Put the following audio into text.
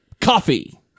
Coffee